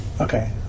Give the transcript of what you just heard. okay